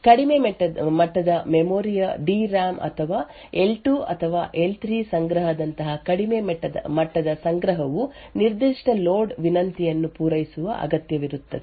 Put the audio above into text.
ಕಡಿಮೆ ಮಟ್ಟದ ಮೆಮೊರಿ ಯು ಡಿ ರಾಮ್ ಅಥವಾ ಎಲ್2 ಅಥವಾ ಎಲ್3 ಸಂಗ್ರಹದಂತಹ ಕಡಿಮೆ ಮಟ್ಟದ ಸಂಗ್ರಹವು ನಿರ್ದಿಷ್ಟ ಲೋಡ್ ವಿನಂತಿಯನ್ನು ಪೂರೈಸುವ ಅಗತ್ಯವಿರುತ್ತದೆ